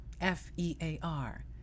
F-E-A-R